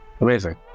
amazing